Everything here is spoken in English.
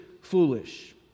foolish